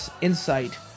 insight